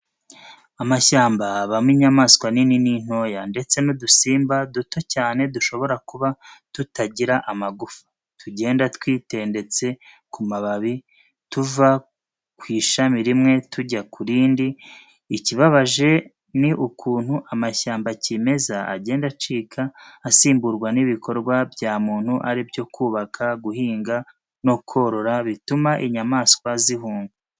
Amashyamba abamo inyamaswa nini n'intoya, ndetse n'udusimba duto cyane dushobora kuba tutagira amagupfa, tugenda twitendetse ku mababi, tuva ku ishami rimwe tujya ku rindi, ikibabaje ni ukuntu amashyamba kimeza agenda acika asimburwa n'ibikorwa bya muntu aribyo: kubaka, guhinga no korora, bituma inyamaswa zihunga.